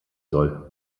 soll